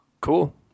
Cool